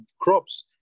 crops